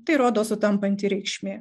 tai rodo sutampanti reikšmė